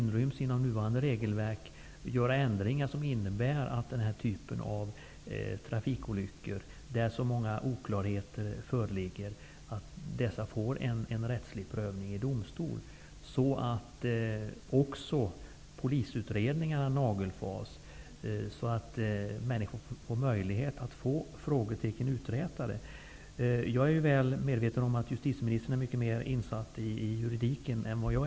Jag menar att det är angeläget med ändringar som innebär att denna typ av trafikolyckor, där så många oklarheter föreligger, får en rättslig prövning i domstol, så att polisutredningarna nagelfars och människor kan få frågetecken uträtade. Jag är väl medveten om att justitieministern är mer insatt i juridiken än jag.